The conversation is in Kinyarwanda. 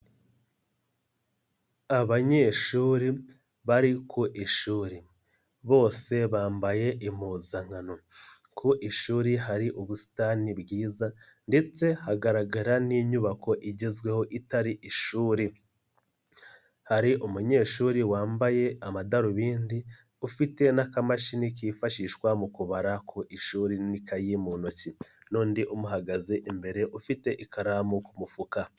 Abanyeshuri bari ku ishuri, bose bambaye impuzankano, ku ishuri hari ubusitani bwiza ndetse hagaragara n'inyubako igezweho itari ishuri, hari umunyeshuri wambaye amadarubindi, ufite n'akamashini kifashishwa mu kubara ku ishuri n'ikayi mu ntoki n'undi umuhagaze imbere ufite ikaramu ku mufuka.